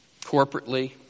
corporately